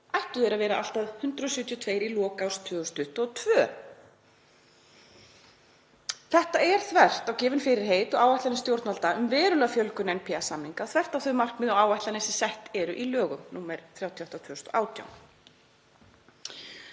ættu þeir að vera allt að 172 í lok árs 2022. Þetta er þvert á gefin fyrirheit og áætlanir stjórnvalda um verulega fjölgun NPA-samninga, þvert á þau markmið og áætlanir sem sett eru í lögum nr.